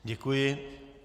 Děkuji.